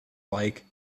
like